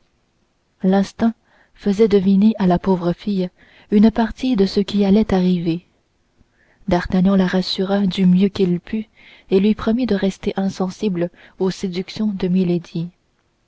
l'instinct faisait deviner à la pauvre fille une partie de ce qui allait arriver d'artagnan la rassura du mieux qu'il put et lui promit de rester insensible aux séductions de